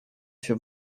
się